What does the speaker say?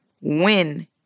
win